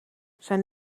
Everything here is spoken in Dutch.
zijn